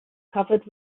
covered